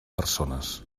persones